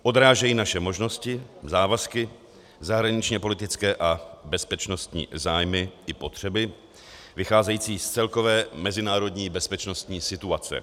Odrážejí naše možnosti, závazky, zahraničněpolitické a bezpečnostní zájmy i potřeby vycházející z celkové mezinárodní bezpečnostní situace.